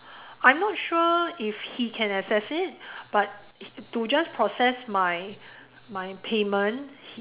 I'm not sure if he can access it but to just process my my payment